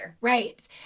Right